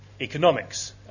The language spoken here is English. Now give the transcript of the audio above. economics